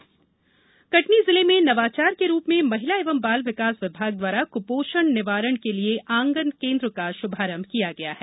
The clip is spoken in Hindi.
आंगन केन्द्र फ्लेगशिप कटनी जिले में नवाचार के रुप में महिला एवं बाल विकास विभाग द्वारा कपोषण निवारण के लिये आंगन केन्द्र का शुभारंभ किया गया है